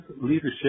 leadership